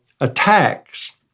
attacks